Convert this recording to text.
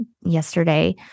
yesterday